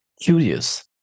Curious